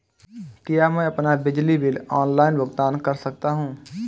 क्या मैं अपना बिजली बिल ऑनलाइन भुगतान कर सकता हूँ?